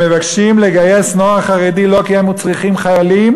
הם מבקשים לגייס נוער חרדי לא כי הם צריכים חיילים.